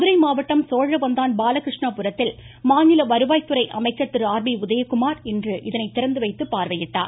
மதுரை மாவட்டம் சோழவந்தான் பாலகிருஷ்ணாபுரத்தில் மாநில வருவாய்துறை அமைச்சர் திரு ஆர் பி உதயகுமார் இன்று திறந்துவைத்து பார்வையிட்டார்